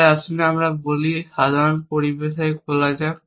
তাই আসুন আমরা বলি সাধারণ পরিভাষায় বলা যাক